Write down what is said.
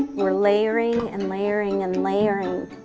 we're layering and layering and layering.